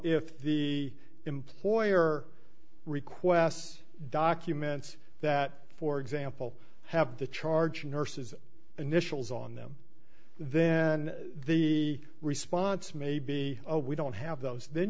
if the employer requests documents that for example have the charging nurses initials on them then the response may be a we don't have those then